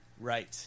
Right